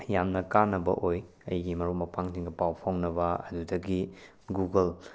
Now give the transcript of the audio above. ꯌꯥꯝꯅ ꯀꯥꯟꯅꯕ ꯑꯣꯏ ꯑꯩꯒꯤ ꯃꯔꯨꯞ ꯃꯄꯥꯡꯁꯤꯡꯒ ꯄꯥꯎ ꯐꯥꯎꯅꯕ ꯑꯗꯨꯗꯒꯤ ꯒꯨꯒꯜ